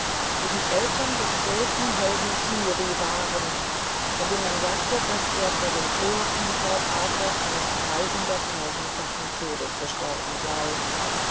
die die eltern des großen helden kiri waren von dem man sagte daß er vor dem tor von port arthur eines dreihunderttausendfachen todes gestorben sei